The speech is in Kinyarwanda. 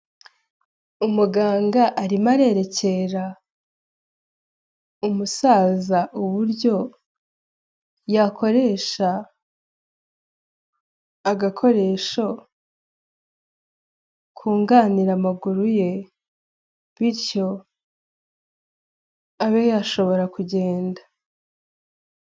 Umuganga arimo arererekera umusaza uburyo yakoresha agakoresho kunganira amaguru ye, bityo abe yashobora kugenda.